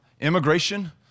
immigration